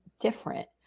different